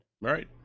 Right